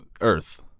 earth